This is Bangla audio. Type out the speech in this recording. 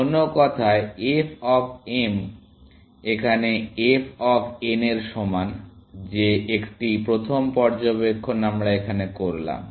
অন্য কথায় f অফ m এখানে f অফ n এর সমান যে একটি প্রথম পর্যবেক্ষণ আমরা এখানে করলাম